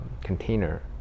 container